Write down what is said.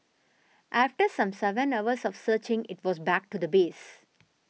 after some seven hours of searching it was back to the base